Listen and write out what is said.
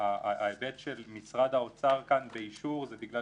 ההיבט של משרד האוצר כאן באישור זה בגלל